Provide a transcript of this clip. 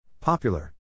Popular